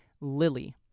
Lily